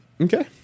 Okay